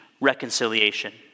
reconciliation